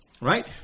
Right